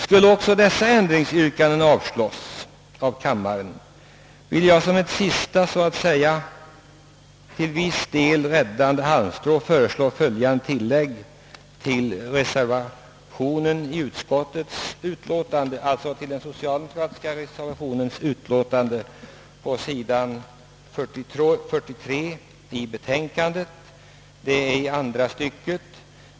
Skulle även dessa ändringsyrkanden avslås av kammaren, vill jag som ett så att säga sista räddande halmstrå föreslå ett tilllägg till den socialdemokratiska reservationen, sidan 34 i utskottets utlåtande, andra stycket.